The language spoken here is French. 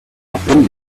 appelle